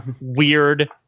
weird